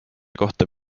kohta